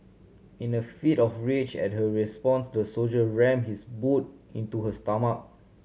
in a fit of rage at her response the soldier rammed his boot into her stomach